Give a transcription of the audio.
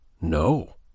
No